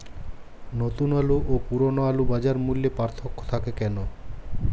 নতুন আলু ও পুরনো আলুর বাজার মূল্যে পার্থক্য থাকে কেন?